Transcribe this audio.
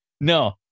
No